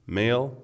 male